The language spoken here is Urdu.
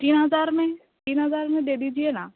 تین ہزار میں تین ہزار میں دے دیجئے نا